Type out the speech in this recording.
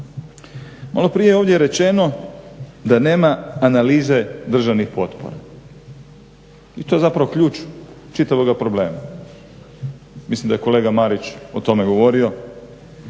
Malo prije je ovdje rečeno dda nema analize državnih potpora i to je zapravo ključ čitavog problema, mislim da je kolega Marić o tome govorio